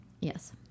Yes